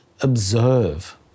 observe